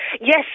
Yes